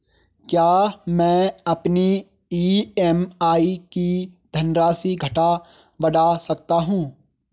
क्या मैं अपनी ई.एम.आई की धनराशि घटा बढ़ा सकता हूँ?